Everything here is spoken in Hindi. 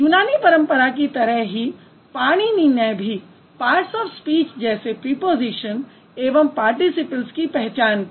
यूनानी परंपरा की तरह ही पाणिनी ने भी पार्ट्स ऑफ स्पीच जैसे प्रिपोज़िशन एवं पार्टिसिपल्स की पहचान की